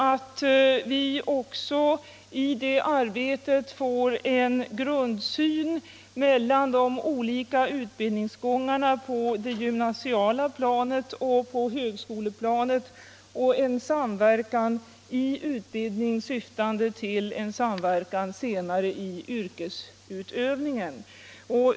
Det är angeläget att i det arbetet få cen gemensam grundsyn för de olika utbildningsgångarna på det gymnasiala planet och på högskoleplanet och en samverkan i utbildningen, syftande till samverkan senare i yrkesutövningen.